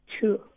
Two